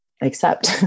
accept